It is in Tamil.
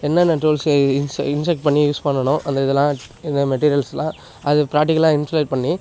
என்னென்ன டூல்ஸு இன்ஸ் இன்ஜெக்ட் பண்ணி யூஸ் பண்ணணும் அந்த இதெல்லாம் அந்த மெட்டீரியல்ஸ்லாம் அது ப்ராட்டிக்கலாக இன்சுலேட் பண்ணி